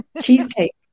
cheesecake